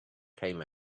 came